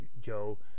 Joe